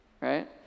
right